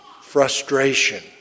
frustration